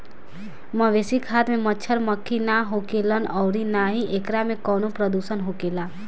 मवेशी खाद में मच्छड़, मक्खी ना होखेलन अउरी ना ही एकरा में कवनो प्रदुषण होखेला